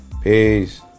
Peace